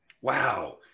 Wow